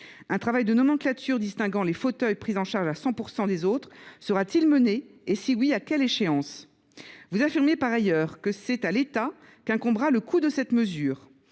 Un travail de nomenclature distinguant les fauteuils pris en charge à 100 % des autres sera t il mené et, si oui, à quelle échéance ? Vous affirmez par ailleurs que c’est à l’État qu’incombera la prise en charge de cette mesure.